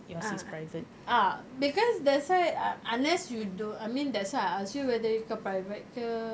ah ah because that's why unless you don't I mean that's why I asked you whether kau private ke